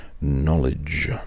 knowledge